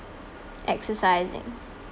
exercising